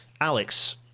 alex